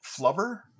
Flubber